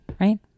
right